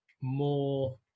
more